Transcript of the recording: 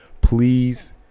please